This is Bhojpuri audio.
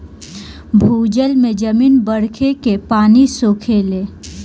भूजल में जमीन बरखे के पानी सोखेले